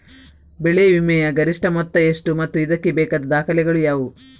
ಬೆಳೆ ವಿಮೆಯ ಗರಿಷ್ಠ ಮೊತ್ತ ಎಷ್ಟು ಮತ್ತು ಇದಕ್ಕೆ ಬೇಕಾದ ದಾಖಲೆಗಳು ಯಾವುವು?